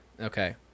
Okay